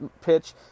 pitch